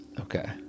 okay